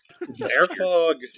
Airfog